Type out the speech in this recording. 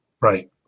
right